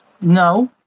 no